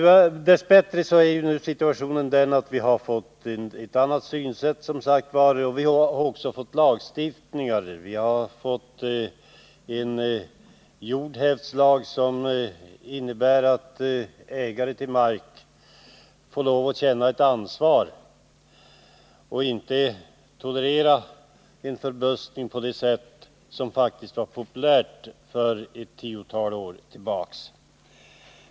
Vi har alltså dess bättre fått en annan syn liksom lagstiftning i frågor som rör detta område. Jag tänker exempelvis på jordhävdslagen, som innebär att markägare måste känna ansvar för sin mark och inte tolerera förbuskning, vilket var populärt för ett tiotal år sedan.